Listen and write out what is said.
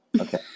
okay